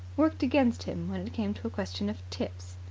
worked against him when it came to a question of tips.